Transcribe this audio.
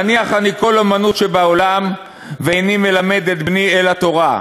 מניח אני כל אומנות שבעולם ואיני מלמד את בני אלא תורה,